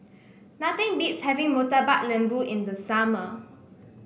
nothing beats having Murtabak Lembu in the summer